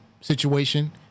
situation